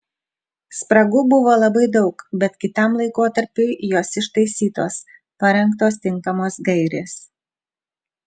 spragų buvo labai daug bet kitam laikotarpiui jos ištaisytos parengtos tinkamos gairės